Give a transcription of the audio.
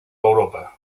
europa